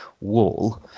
wall